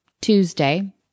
Tuesday